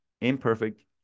imperfect